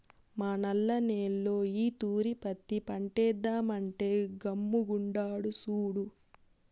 మా నల్ల నేల్లో ఈ తూరి పత్తి పంటేద్దామంటే గమ్ముగుండాడు సూడు